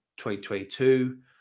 2022